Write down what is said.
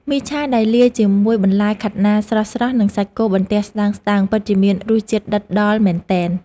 មីឆាដែលលាយជាមួយបន្លែខាត់ណាស្រស់ៗនិងសាច់គោបន្ទះស្តើងៗពិតជាមានរសជាតិដិតដល់មែនទែន។